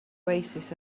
oasis